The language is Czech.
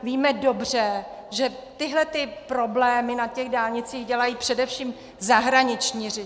Víme dobře, že tyhlety problémy na dálnicích dělají především zahraniční řidiči.